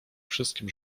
wszystkim